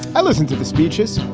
i listen to the speeches.